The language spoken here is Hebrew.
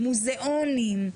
מוזיאונים,